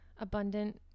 abundant